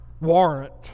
warrant